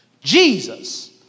Jesus